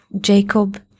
Jacob